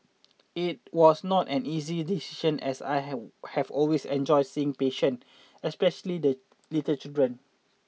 it was not an easy decision as I have have always enjoyed seeing patient especially the little children